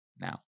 now